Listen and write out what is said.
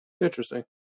Interesting